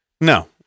No